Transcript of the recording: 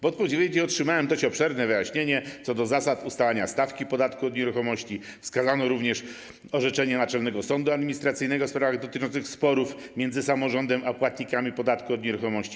W odpowiedzi otrzymałem dość obszerne wyjaśnienie co do zasad ustalania stawki podatku od nieruchomości, wskazano również orzeczenia Naczelnego Sądu Administracyjnego w sprawach dotyczących sporów między samorządem a płatnikami podatku od nieruchomości.